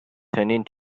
turning